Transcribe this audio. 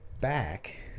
back